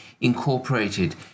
incorporated